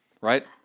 right